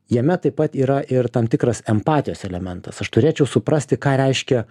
jame taip pat yra ir tam tikras empatijos elementas aš turėčiau suprasti ką reiškia